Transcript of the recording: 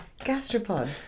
Gastropod